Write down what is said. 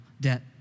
debt